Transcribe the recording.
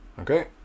Okay